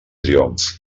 triomf